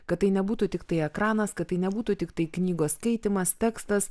kad tai nebūtų tiktai ekranas kad tai nebūtų tiktai knygos skaitymas tekstas